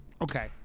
Okay